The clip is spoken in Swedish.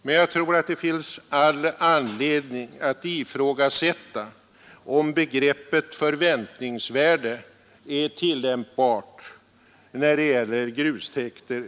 Men jag tror att det finns all anledning att ifrågasätta om begreppet ”förväntningsvärde” över huvud taget är tillämpbart på grustäkter.